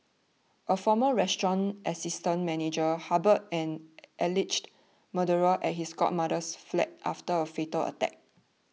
a former restaurant assistant manager harboured an alleged murderer at his godmother's flat after a fatal attack